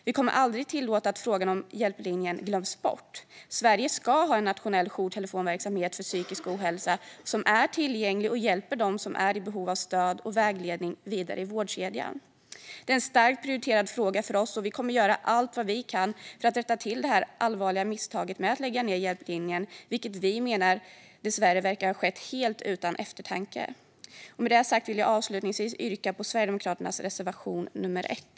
Vi kommer aldrig att tillåta att frågan om Hjälplinjen glöms bort. Sverige ska ha en nationell jourtelefonverksamhet för psykisk ohälsa som är tillgänglig och hjälper dem som är i behov av stöd och vägledning vidare i vårdkedjan. Detta är en starkt prioriterad fråga för oss och vi kommer att göra allt vad vi kan för att rätta till det allvarliga misstaget att lägga ned Hjälplinjen, vilket vi menar verkar ha skett helt utan eftertanke. Med detta sagt vill jag avslutningsvis yrka bifall till Sverigedemokraternas reservation nr 1.